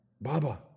Baba